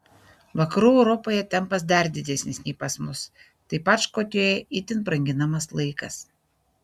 vakarų europoje tempas dar didesnis nei pas mus taip pat škotijoje itin branginamas laikas